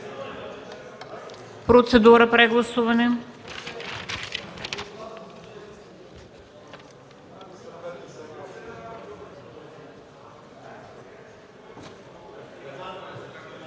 Процедура – прегласуване.